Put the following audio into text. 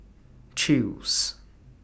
Chew's